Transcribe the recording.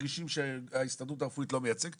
מרגישים שההסתדרות הרפואית לא מייצגת